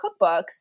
cookbooks